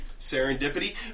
Serendipity